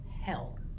hell